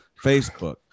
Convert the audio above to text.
Facebook